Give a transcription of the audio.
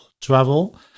travel